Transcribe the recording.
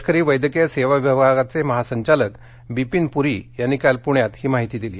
लष्करी वैद्यकीय सेवा विभागाचे महासंचालक बिपिन पुरी यांनी काल पुण्यात ही माहिती दिली